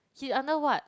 he under what